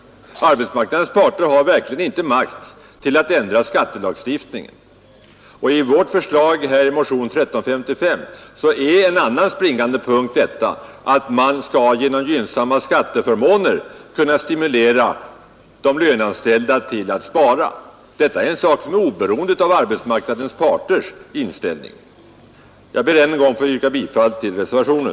Arbetsmarknadens parter har verkligen inte makt att ändra t.ex. skattelagstiftningen. I vår motion 1355 är en annan springande punkt att man genom gynnsamma skatteförmåner skall kunna stimulera de löneanställda till att spara. Det är en sak som är oberoende av arbetsmarknadens parters inställning. Jag ber än en gång att få yrka bifall till reservationen.